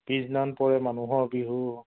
পিছদিনাখন পৰে মানুহৰ বিহু